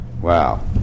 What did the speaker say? Wow